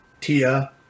Tia